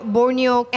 Borneo